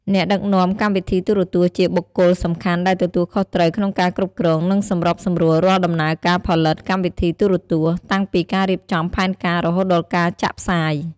អ្នកដឹកនាំកម្មវិធីទូរទស្សន៍ ជាបុគ្គលសំខាន់ដែលទទួលខុសត្រូវក្នុងការគ្រប់គ្រង និងសម្របសម្រួលរាល់ដំណើរការផលិតកម្មវិធីទូរទស្សន៍ តាំងពីការរៀបចំផែនការ រហូតដល់ការចាក់ផ្សាយ។